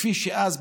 כפי שאז,